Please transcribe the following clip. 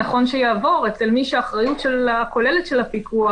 נכון שיעבור למי שהאחריות הכוללת של הפיקוח